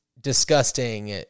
disgusting